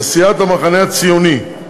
לסיעת המחנה הציוני,